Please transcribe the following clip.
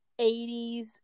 80s